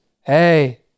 hey